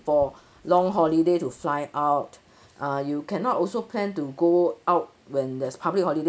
for long holiday to fly out uh you cannot also plan to go out when there's public holiday